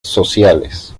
sociales